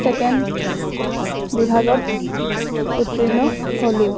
আৰু মই ছেকেণ্ড বিভাগত উত্তীৰ্ণ হ'লো